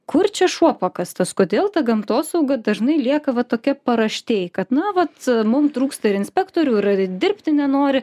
kur čia šuo pakastas kodėl ta gamtosauga dažnai lieka va tokia paraštėj kad na vat mum trūksta ir inspektorių ir dirbti nenori